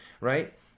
right